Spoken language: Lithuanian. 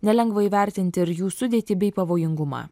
nelengva įvertinti ir jų sudėtį bei pavojingumą